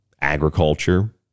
agriculture